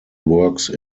works